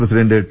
president T